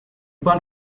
bahn